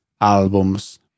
albums